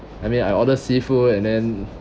I mean I order seafood and then